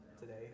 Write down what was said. today